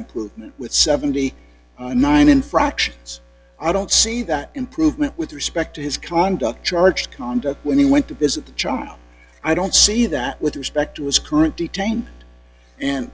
improvement with seventy nine dollars infractions i don't see that improvement with respect to his conduct charge conduct when he went to visit the charm i don't see that with respect to his current detained in